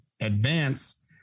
advance